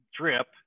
drip